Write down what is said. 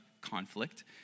conflict